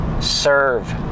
serve